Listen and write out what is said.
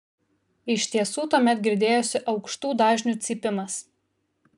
iš tiesų tuomet girdėjosi aukštų dažnių cypimas